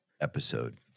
episode